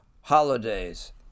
holidays